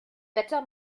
wetter